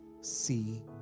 see